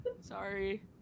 Sorry